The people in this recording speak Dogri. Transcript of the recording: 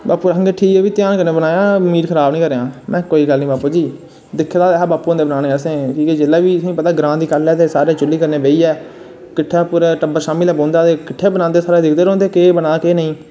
बापू आखन लगे ध्यान कन्नै बनाया मीट खराब नी करेआं महगां ठीक ऐ बापू जी दिक्खे दा हा असैं बापू होरें गी बनांदे ग्रांऽ दी गल्ल ऐ तुसेंगी पता ऐ सारे चुल्ली कन्नै बेहियै किट्ठी पूरा टब्बर शाम्मी लै बौंदे ते केह् बना दा सारे दिखदे